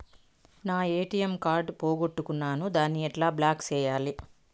నా ATM card పోగొట్టుకున్నాను, దాన్ని ఎట్లా బ్లాక్ సేయాలి?